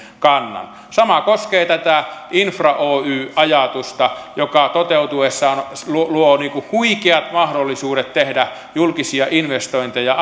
kannan sama koskee tätä infra oy ajatusta joka toteutuessaan luo huikeat mahdollisuudet tehdä julkisia investointeja